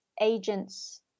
agents